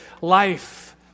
life